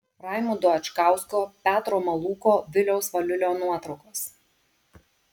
raimundo adžgausko petro malūko viliaus valiulio nuotraukos